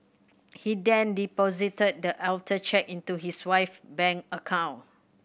he then deposited the altered cheque into his wife bank account